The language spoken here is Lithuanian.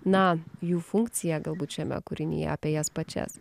na jų funkciją galbūt šiame kūrinyje apie jas pačias